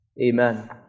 Amen